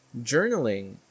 Journaling